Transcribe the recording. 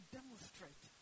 demonstrate